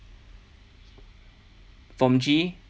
from G_E